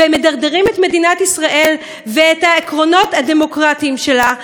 והם מדרדרים את מדינת ישראל ואת העקרונות הדמוקרטיים שלה.